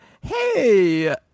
hey